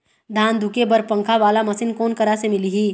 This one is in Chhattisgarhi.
धान धुके बर पंखा वाला मशीन कोन करा से मिलही?